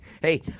Hey